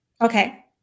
Okay